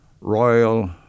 royal